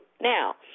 Now